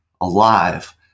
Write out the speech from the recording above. alive